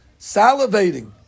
salivating